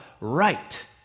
right